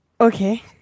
Okay